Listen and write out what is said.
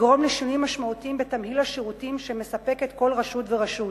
תגרום לשינויים משמעותיים בתמהיל השירותים שמספקת כל רשות ורשות.